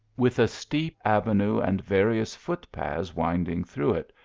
with a steep avenue and various foot-paths winding through it,